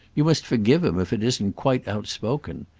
you must forgive him if it isn't quite outspoken.